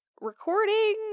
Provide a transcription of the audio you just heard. recording